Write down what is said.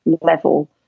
level